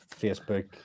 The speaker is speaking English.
Facebook